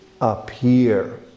appear